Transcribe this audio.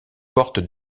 portent